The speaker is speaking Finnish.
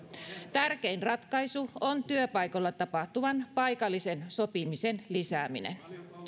tärkein ratkaisu on työpaikoilla tapahtuvan paikallisen sopimisen lisääminen